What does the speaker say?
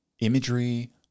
imagery